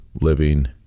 living